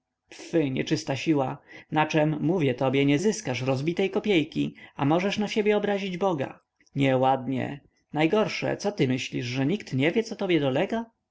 naradzasz się pfy nieczysta siła na czem mówię tobie nie zyskasz rozbitej kopiejki a możesz na siebie obrazić boga nieładnie najgorsze co ty myślisz że nikt nie wie co tobie dolega